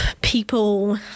people